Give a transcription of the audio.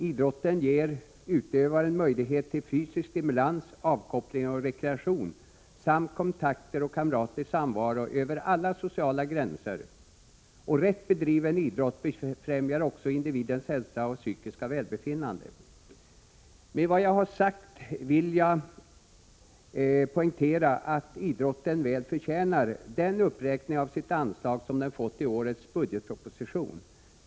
Idrotten ger utövaren möjlighet till fysisk stimulans, avkoppling och rekreation samt kontakter och kamratlig samvaro över alla sociala gränser. Rätt bedriven idrott befrämjar också individens hälsa och psykiska välbefinnande. Med detta vill jag poängtera att idrotten väl förtjänar den uppräkning av sitt anslag som den fått i årets budgetproposition.